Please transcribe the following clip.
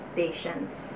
patience